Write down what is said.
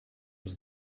was